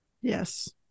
Yes